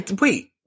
Wait